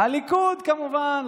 הליכוד, כמובן.